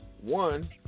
One